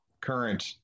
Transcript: current